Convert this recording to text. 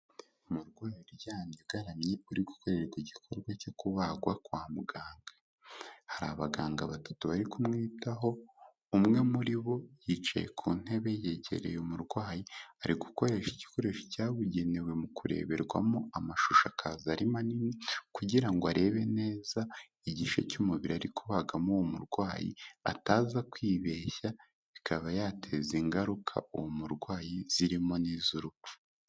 Umurwayi uryamye ugaramye urikorerwa igikorwa cyo kubagwa kwa muganga, hari abaganga batatu bari kumwitaho, umwe muri bo yicaye ku ntebe yegereye umurwayi, ari gukoresha igikoresho cyabugenewe mu kureberwamo amashusho akaza ari manini kugira ngo arebe neza igice cy'umubiri ari kubagamo uwo murwayi ataza kwibeshya akaba yateza ingaruka uwo murwayi zirimo n'iz'urupfu.